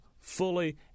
fully